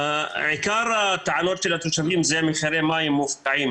עיקר הטענות של התושבים זה מחירי מים מופקעים